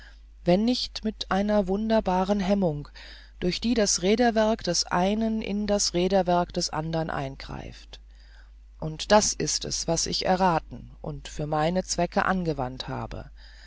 wenn nicht mit einer wunderbaren hemmung durch die das räderwerk des einen in das räderwerk der andern eingreift und das ist es was ich errathen und für meine zwecke angewandt habe